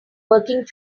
working